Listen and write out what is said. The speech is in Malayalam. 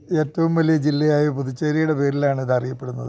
ഏറ്റവും വലിയ ജില്ലയായ പുതുച്ചേരിയുടെ പേരിലാണ് ഇത് അറിയപ്പെടുന്നത്